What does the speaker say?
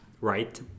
right